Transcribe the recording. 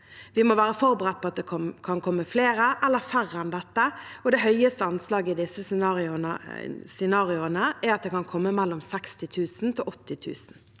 Vi må være forberedt på at det kan komme flere eller færre enn dette. Det høyeste anslaget i de siste scenarioene er at det kan komme mellom 60 000 og 80 000.